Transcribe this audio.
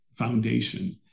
foundation